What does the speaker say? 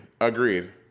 Agreed